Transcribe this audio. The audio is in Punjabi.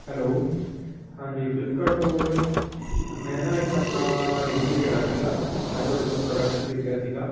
ਹੈਲੋ ਹਾਂਜੀ ਫਲਿੱਪਕਾਰਟ ਤੋਂ ਬੋਲ ਰਹੇ ਹੋ ਮੈਂ ਨਾ ਇੱਕ ਆਪਣਾ ਰਿਵਿਊ ਦੇਣਾ ਸੀਗਾ ਮੈਂ ਤੁਹਾਡੇ ਤੋਂ ਪ੍ਰੋਡਕਟ ਖਰੀਦਿਆ ਸੀਗਾ